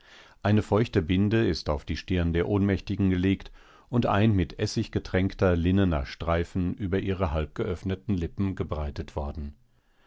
eine feuchte binde ist auf die stirn der ohnmächtigen gelegt und ein mit essig getränkter linnener streifen über ihre halbgeöffneten lippen gebreitet worden